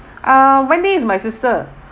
uh wendy is my sister